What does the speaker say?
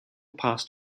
passed